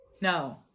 No